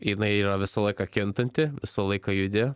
jinai yra visą laiką kintanti visą laiką judi